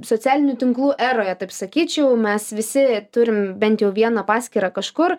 socialinių tinklų eroje taip sakyčiau mes visi turim bent jau vieną paskyrą kažkur